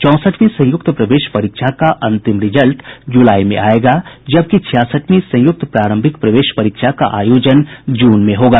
चौंसठवीं संयुक्त प्रवेश परीक्षा का अंतिम रिजल्ट जुलाई में आयेगा जबकि छियासठवीं संयुक्त प्रारंभिक प्रवेश परीक्षा का आयोजन जून में होगा